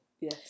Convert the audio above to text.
Yes